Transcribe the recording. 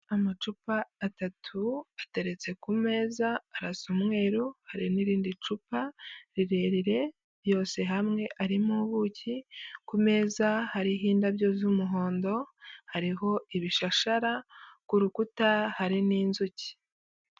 Amacupa atatu, ateretse ku meza, arasa umweru, hari n'irindi cupa rirerire, yose hamwe arimo ubuki, ku meza hariho indabyo z'umuhondo, hariho ibishashara, ku rukuta hari n'inzuki.